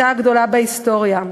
והיא הייתה הגדולה בהיסטוריה.